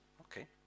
Okay